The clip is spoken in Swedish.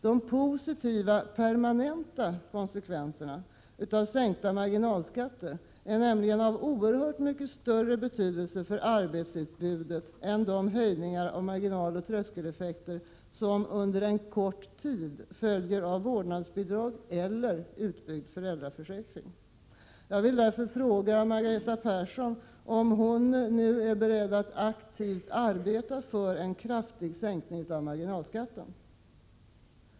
De positiva och permanenta konsekvenserna av sänkta marginalskatter är nämligen av oerhört mycket större betydelse för arbetsutbudet än de höjningar av marginaloch tröskeleffekter som under en kort tid följer av vårdnadsbidrag eller utbyggd föräldraförsäkring. Jag vill därför fråga Anita Persson om hon nu vill aktivt arbeta för en kraftig sänkning av marginalskatten.